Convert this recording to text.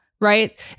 right